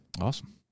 Awesome